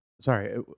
Sorry